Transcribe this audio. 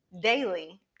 daily